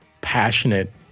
passionate